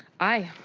aye.